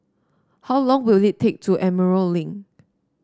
how long will it take to Emerald Link